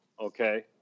okay